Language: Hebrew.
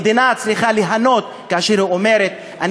מדינה צריכה ליהנות כאשר היא אומרת: אני